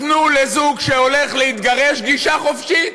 תנו לזוג שהולך להתגרש גישה חופשית,